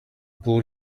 blow